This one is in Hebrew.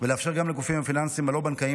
ולאפשר גם לגופים הפיננסיים הלא-בנקאיים